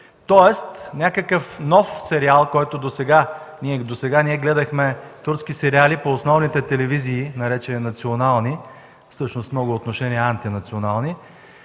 тоест някакъв нов сериал. Досега ние гледахме турски сериали по основните телевизии, наречени „национални”, всъщност, в много отношения антинационални.